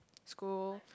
school